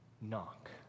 knock